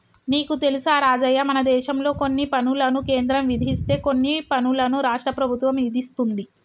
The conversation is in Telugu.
నీకు తెలుసా రాజయ్య మనదేశంలో కొన్ని పనులను కేంద్రం విధిస్తే కొన్ని పనులను రాష్ట్ర ప్రభుత్వం ఇదిస్తుంది